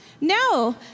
No